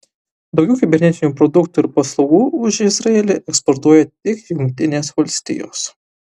daugiau kibernetinių produktų ir paslaugų už izraelį eksportuoja tik jungtinės valstijos